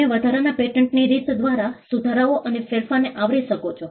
તમે વધારાના પેટન્ટની રીત દ્વારા સુધારાઓ અને ફેરફારને આવરી શકો છો